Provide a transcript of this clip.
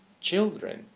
children